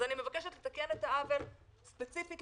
את העיוותים שנפלו במפת הטבות המס,